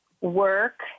work